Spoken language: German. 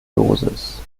dosis